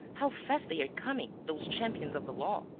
how fast they are coming, those champions of the law!